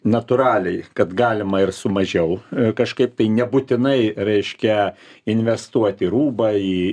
natūraliai kad galima ir su mažiau kažkaip tai nebūtinai reiškia investuot rūbą į